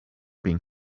being